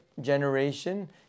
generation